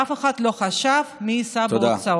ואף אחד לא חושב מי יישא בהוצאות.